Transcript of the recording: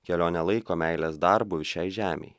kelionę laiko meilės darbu šiai žemei